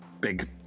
big